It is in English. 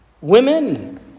women